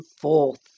forth